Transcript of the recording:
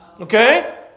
okay